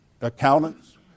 accountants